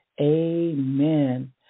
Amen